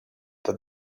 that